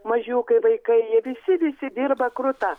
mažiukai vaikai jie visi visi dirba kruta